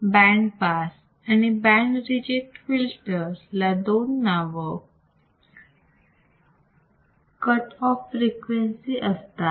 band pass आणि band reject filter ला दोन कट ऑफ फ्रिक्वेन्सी असतात